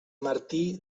martí